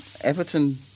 Everton